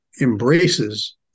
embraces